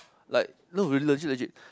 like no really legit legit